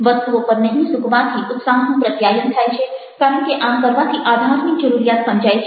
વસ્તુઓ પર નહિ ઝૂકવાથી ઉત્સાહનું પ્રત્યાયન થાય છે કારણ કે આમ કરવાથી આધારની જરૂરિયાત સમજાય છે